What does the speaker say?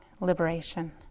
liberation